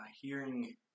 hearing